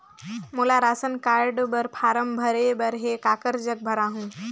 मोला ration card बर form भरे बर हे काकर जग भराही?